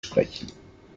sprechen